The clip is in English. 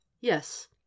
Yes